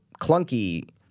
clunky